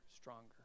stronger